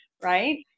right